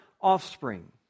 offspring